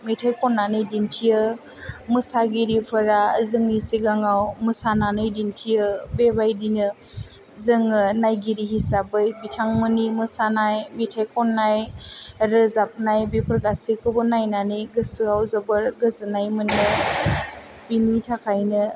मेथाइ खननानै दिन्थियो मोसागिरिफोरा जोंनि सिगाङाव मोसानानै दिन्थियो बेबायदिनो जोङो नायगिरि हिसाबै बिथांमोननि मोसानाय मेथाइ खन्नाय रोजाबनाय बेफोर गासैखौबो नायनानै गोसोयाव जोबोर गोजोन्नाय मोनो बिनि थाखायनो